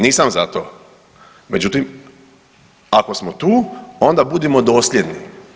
Nisam za to, međutim ako smo tu onda budimo dosljedni.